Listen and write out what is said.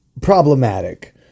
problematic